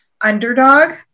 Underdog